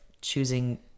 choosing